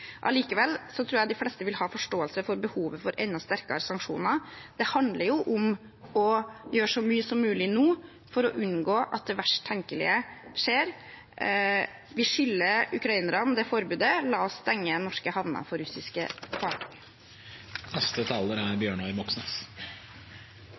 Allikevel tror jeg de fleste vil ha forståelse for behovet for enda sterkere sanksjoner. Det handler om å gjøre så mye som mulig nå for å unngå at det verst tenkelige skjer. Vi skylder ukrainerne det forbudet. La oss stenge norske havner for russiske